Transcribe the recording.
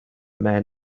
man